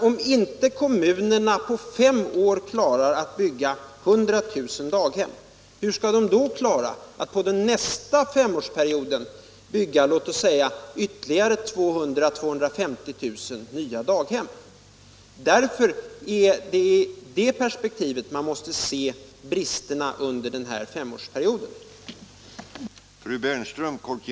Om inte kommunerna har klarat av att på fem år ordna 100 000 daghemsplatser, hur skall de då klara av att under nästa femårsperiod ordna uppskattningsvis 200 000-250 000 daghemsplatser? Det är i det perspektivet man måste se bristerna under den femårsperiod som gått.